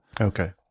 okay